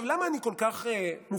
למה אני כל כך מופתע?